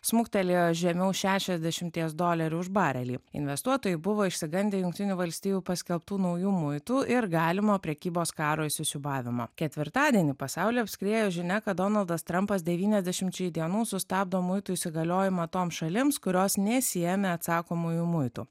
smuktelėjo žemiau šešiasdešimies dolerių už barelį investuotojai buvo išsigandę jungtinių valstijų paskelbtų naujų muitų ir galimo prekybos karo įsisiūbavimo ketvirtadienį pasaulį apskriejo žinia kad donaldas trampas devyniasdešimčiai dienų sustabdo muitų įsigaliojimą toms šalims kurios nesiėmė atsakomųjų muitų